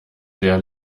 der